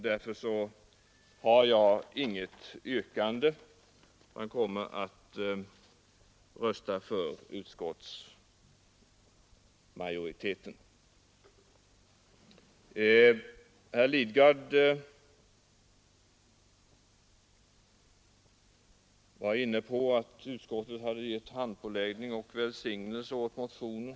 Därför har jag inget eget yrkande utan kommer att rösta med utskottsmajoriteten. Herr Lidgard var inne på att utskottet hade gjort handpåläggning och gett välsignelse åt motionen.